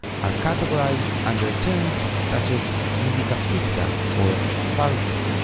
are categorized under terms such as musica ficta, or falsa,